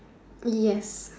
yes